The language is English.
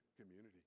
community